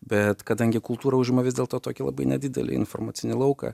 bet kadangi kultūra užima vis dėlto tokį labai nedidelį informacinį lauką